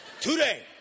Today